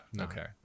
Okay